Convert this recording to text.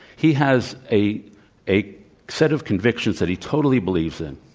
he has a a set of convictions that he totally believes in.